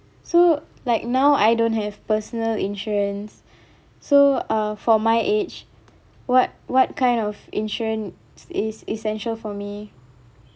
so like now I don't have personal insurance so uh for my age what what kind of insurance is essential for me